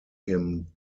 him